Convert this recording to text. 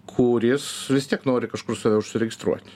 kuris vis tiek nori kažkur save užsiregistruoti